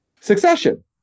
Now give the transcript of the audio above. Succession